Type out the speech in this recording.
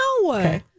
No